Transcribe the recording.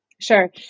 Sure